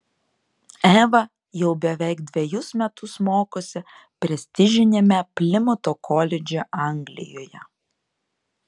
eva jau beveik dvejus metus mokosi prestižiniame plimuto koledže anglijoje